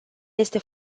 este